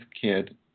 kid